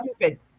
stupid